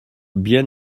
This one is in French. bien